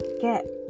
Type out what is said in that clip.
get